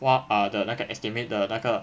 话把的那个 estimate 的那个